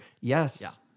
Yes